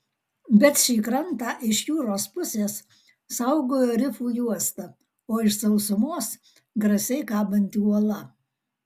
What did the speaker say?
bet šį krantą iš jūros pusės saugojo rifų juosta o iš sausumos grasiai kabanti uola